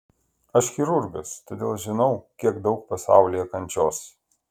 aš chirurgas todėl žinau kiek daug pasaulyje kančios